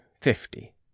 fifty